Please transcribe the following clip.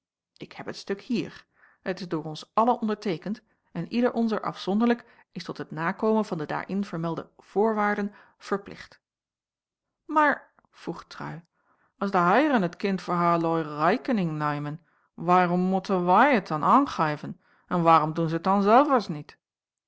ik heb het stuk hier het is door ons allen onderteekend en ieder onzer afzonderlijk is tot het nakomen van de daarin vermelde voorwaarden verplicht mair vroeg trui as de haieren het kind voor haarloi reikening neimen wairom motten wai het dan aangeiven en wairom doen ze t dan zelvers niet